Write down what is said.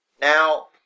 Now